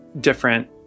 different